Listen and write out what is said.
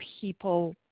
people